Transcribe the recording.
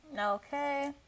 Okay